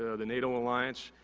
ah the nato alliance,